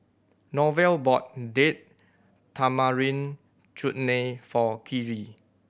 Norval bought Date Tamarind Chutney for Karri